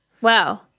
Wow